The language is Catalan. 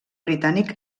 britànic